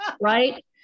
right